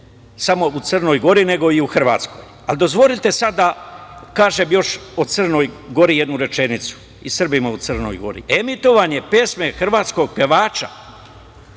samo u Crnoj Gori, nego i u Hrvatskoj. Ali, dozvolite sada da kažem o Crnoj Gori jednu rečenicu i Srbima u Crnoj Gori. Emitovanje pesme hrvatskog pevača